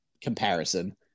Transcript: comparison